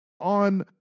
on